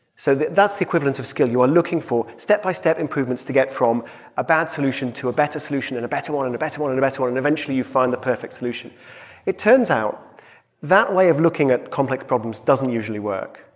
so that's the equivalent of skill. you are looking for step-by-step improvements to get from a bad solution to a better solution and a better one and a better one and a better one, and eventually you find the perfect solution it turns out that way of looking at complex problems doesn't usually work.